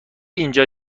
اینجا